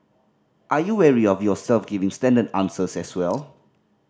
are you wary of yourself giving standard answers as well